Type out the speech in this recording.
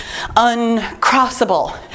uncrossable